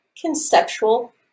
conceptual